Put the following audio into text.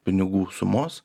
pinigų sumos